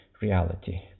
reality